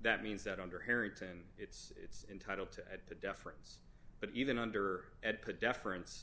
that means that under harrington it's entitle to at the deference but even under ed put deference